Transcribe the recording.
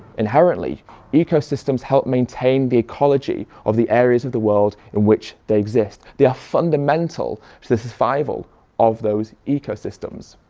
inherently ecosystems help maintain the ecology of the areas of the world in which they exist. they are fundamental to the survival of those ecosystems.